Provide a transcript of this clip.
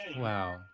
Wow